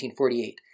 1848